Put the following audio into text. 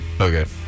Okay